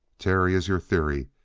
terry is your theory.